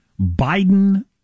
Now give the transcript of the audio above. Biden